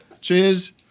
cheers